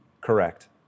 correct